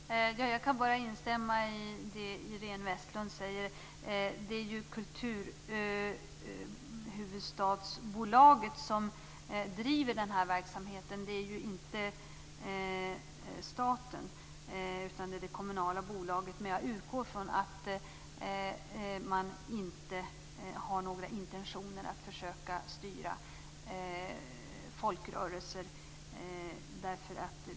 Herr talman! Jag kan bara instämma i det som Iréne Vestlund säger. Det är kulturhuvudstadsbolaget som driver den här verksamheten. Det är ju inte staten, utan det är det kommunala bolaget. Men jag utgår från att man inte har några intentioner att försöka styra folkrörelser.